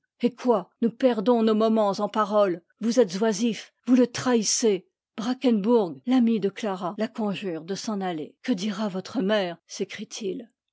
eh quoi nous perdons nos moments en paroles vous êtes oisifs vous le trahissez brackenbourg l'ami de clara la conjure de s'en aller que dira votre mère